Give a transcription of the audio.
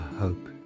Hope